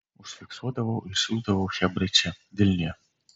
užfiksuodavau ir siųsdavau chebrai čia vilniuje